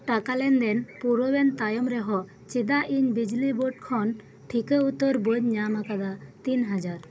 ᱴᱟᱠᱟ ᱞᱮᱱᱫᱮᱱ ᱯᱩᱨᱟᱹᱣᱮᱱ ᱛᱟᱭᱚᱢ ᱨᱮᱦᱚᱸ ᱪᱮᱫᱟᱜ ᱤᱧ ᱵᱤᱡᱽᱞᱤ ᱵᱳᱨᱰ ᱠᱷᱚᱱ ᱴᱷᱤᱠᱟᱹ ᱩᱛᱟᱹᱨ ᱵᱟᱹᱧ ᱧᱟᱢ ᱟᱠᱟᱫᱟ ᱛᱤᱱ ᱦᱟᱡᱟᱨ